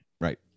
Right